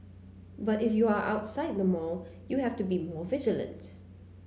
but if you are outside the mall you have to be more vigilant